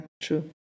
true